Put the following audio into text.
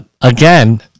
again